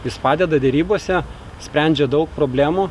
jis padeda derybose sprendžia daug problemų